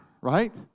right